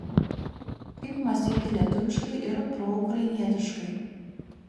kaip mąstyti lietuviškai ir proukrainietiškai